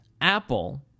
Apple